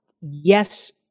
yes